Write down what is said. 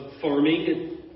farming